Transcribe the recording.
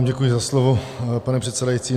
Děkuji vám za slovo, pane předsedající.